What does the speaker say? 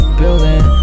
building